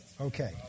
Okay